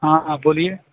ہاں ہاں بولیے